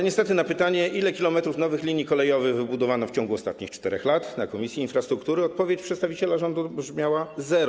Niestety na pytanie o to, ile kilometrów nowych linii kolejowych wybudowano w ciągu ostatnich 4 lat, na posiedzeniu Komisji Infrastruktury odpowiedź przedstawiciela rządu brzmiała: zero.